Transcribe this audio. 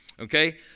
okay